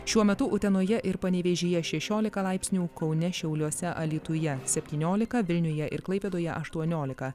šiuo metu utenoje ir panevėžyje šešiolika laipsnių kaune šiauliuose alytuje septyniolika vilniuje ir klaipėdoje aštuoniolika